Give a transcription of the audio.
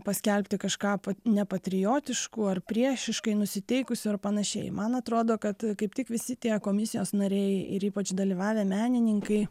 paskelbti kažką nepatriotišku ar priešiškai nusiteikusiu ar panašiai man atrodo kad kaip tik visi tie komisijos nariai ir ypač dalyvavę menininkai